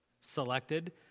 selected